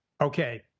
Okay